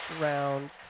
round